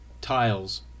tiles